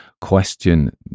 question